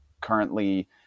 currently